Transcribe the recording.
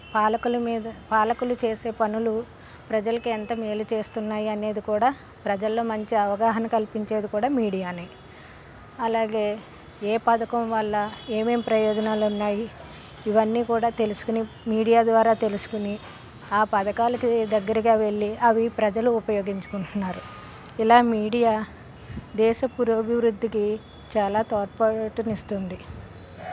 పాలకుల మీద పాలకులు చేసే పనులు ప్రజలకు ఎంత మేలు చేస్తున్నాయి అనేది కూడా ప్రజల్లో మంచి అవగాహన కల్పించేది కూడా మీడియానే అలాగే ఏ పథకం వల్ల ఏమేం ప్రయోజనాలు ఉన్నాయి ఇవన్నీ కూడా తెలుసుకుని మీడియా ద్వారా తెలుసుకుని ఆ పథకాలకు దగ్గరగా వెళ్లి అవి ప్రజలు ఉపయోగించుకుంటున్నారు ఇలా మీడియా దేశపురోభివృద్ధికి చాలా తోడ్పాటును ఇస్తుంది